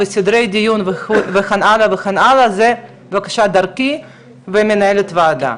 סדרי דיון וכן הלאה וכן הלאה זה בבקשה דרכי ודרך מנהלת הוועדה.